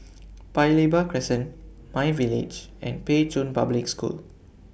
Paya Lebar Crescent MyVillage and Pei Chun Public School